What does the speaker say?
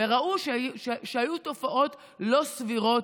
וראו שהיו תופעות לא סבירות,